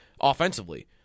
offensively